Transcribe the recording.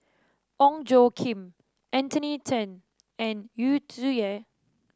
Ong Tjoe Kim Anthony Then and Yu Zhuye